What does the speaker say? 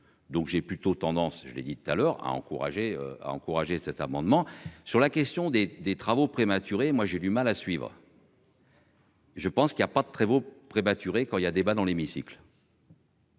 Donc j'ai plutôt tendance, je l'ai dit tout à l'heure à encourager encourager cet amendement sur la question des des travaux prématuré. Moi j'ai du mal à suivre. Je pense qu'il y a pas de Trévoux prématuré quand il y a débat dans l'hémicycle.